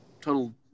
total